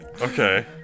Okay